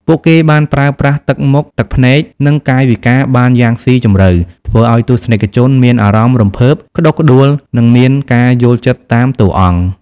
ពួកគេបានប្រើប្រាស់ទឹកមុខ ទឹកភ្នែក និងកាយវិការបានយ៉ាងស៊ីជម្រៅធ្វើឱ្យទស្សនិកជនមានអារម្មណ៍រំភើប ក្ដុកក្ដួល និងមានការយល់ចិត្តតាមតួអង្គ។